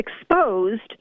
exposed